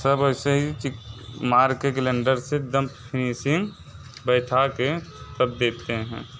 सब ऐसे ही मार के ग्लेंडर से एक दम फिनिसिंग बिठा के तब देते हैं